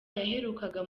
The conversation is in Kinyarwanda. yaherukaga